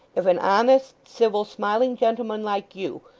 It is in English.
if an honest, civil, smiling gentleman like you,